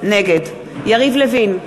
נגד יריב לוין,